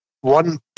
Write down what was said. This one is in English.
one